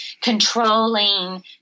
controlling